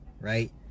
right